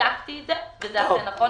בדקתי את זה וזה אכן נכון,